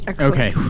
Okay